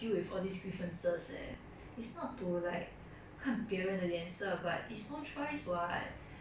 there's so many different type of people out there in the society you have to live with it lor learn how to deal with it which